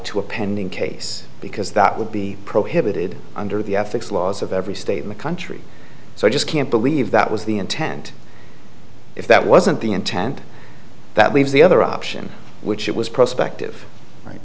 to a pending case because that would be prohibited under the ethics laws of every statement country so i just can't believe that was the intent if that wasn't the intent that leaves the other option which it was prospective right